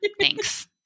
Thanks